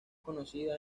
conocida